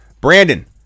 Brandon